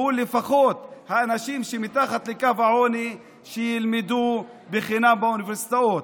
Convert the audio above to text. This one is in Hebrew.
והוא שלפחות האנשים שמתחת העוני ילמדו חינם באוניברסיטאות.